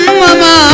mama